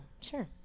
sure